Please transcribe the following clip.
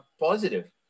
positive